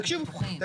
אנחנו בטוחים.